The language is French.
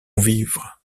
vivre